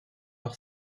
par